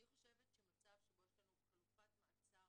אני חושבת שמצב שבו יש לנו חלופת מעצר